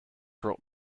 wrote